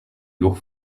lourds